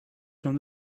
from